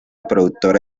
productora